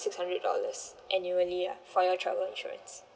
six hundred dollars annually lah for your travel insurance